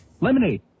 lemonade